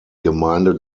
gemeinde